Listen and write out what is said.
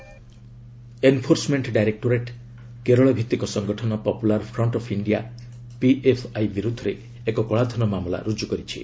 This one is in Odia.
ଇଡି ପିଏଫ୍ଆଇ ଏନ୍ଫୋର୍ସମେଣ୍ଟ ଡାଇରୋକ୍ଟୋରେଟ୍ କେରଳଭିତ୍ତିକ ସଙ୍ଗଠନ popular front of India PFI ବିରୁଦ୍ଧରେ ଏକ କଳାଧନ ମାମଲା ରୁଜ୍ଜୁ କରିଛି